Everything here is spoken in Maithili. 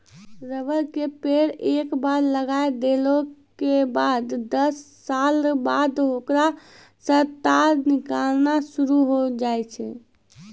रबर के पेड़ एक बार लगाय देला के बाद दस साल बाद होकरा सॅ टार निकालना शुरू होय जाय छै